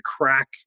crack